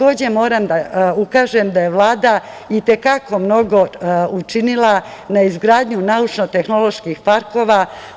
Moram da ukažem da je Vlada i te kako mnogo učinila na izgradnji naučno-tehnoloških parkova.